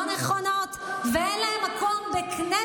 לא, לקרוא קריאות כאלה לשרה זה לא מכובד.